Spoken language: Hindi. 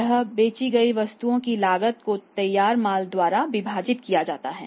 यह बेची गई वस्तुओं की लागत को तैयार माल द्वारा विभाजित किया जाता है